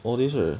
all this right